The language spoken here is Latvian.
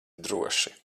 droši